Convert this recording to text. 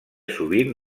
sovint